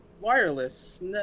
wireless